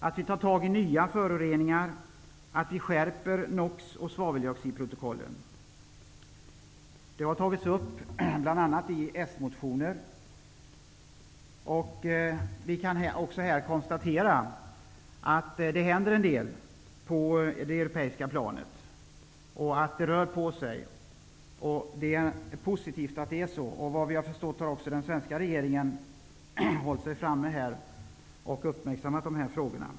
Även nytillkomna föroreningar måste tas med och NOX och svaveldioxidprotokollen måste skärpas. Dessa frågor har tagits upp i bl.a. s-motioner. Vi kan här konstatera att det händer en del på det europeiska planet. Det är positivt. Vad vi har förstått har den svenska regeringen hållit sig framme och uppmärksammat dessa frågor.